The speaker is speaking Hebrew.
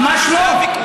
ממש לא.